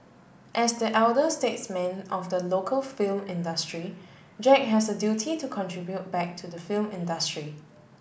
as the elder statesman of the local film industry Jack has a duty to contribute back to the film industry